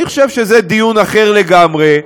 אני חושב שזה דיון אחר לגמרי,